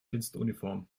dienstuniform